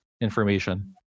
information